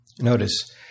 Notice